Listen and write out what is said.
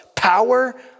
power